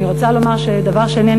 דבר שני,